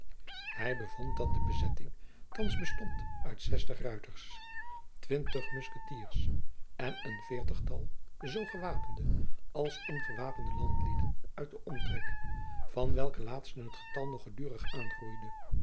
hij bevond dat de bezetting thands bestond uit zestig ruiters twintig muskettiers en een veertigtal zoo gewapende als ongewapende landlieden uit den omtrek van welke laatsten het getal nog gedurig aangroeide